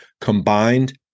combined